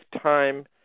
time